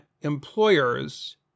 employers